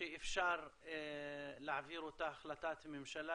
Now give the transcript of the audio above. שאפשר להעביר אותה החלטת ממשלה,